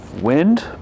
wind